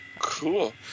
cool